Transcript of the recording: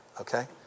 okay